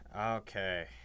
Okay